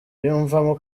yiyumvamo